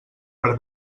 per